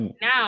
now